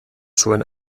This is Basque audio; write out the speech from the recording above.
zuen